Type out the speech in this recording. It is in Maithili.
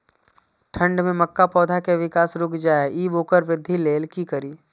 ठंढ में मक्का पौधा के विकास रूक जाय इ वोकर वृद्धि लेल कि करी?